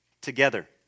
together